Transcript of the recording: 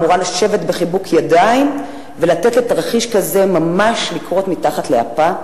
אמורה לשבת בחיבוק ידיים ולתת לתרחיש כזה ממש לקרות מתחת לאפה?